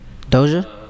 Doja